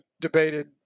debated